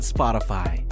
Spotify